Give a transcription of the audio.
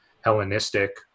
Hellenistic